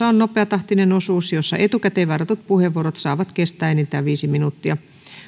on nopeatahtinen osuus jolloin etukäteen varatut puheenvuorot saavat kestää enintään viisi minuuttia